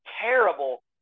terrible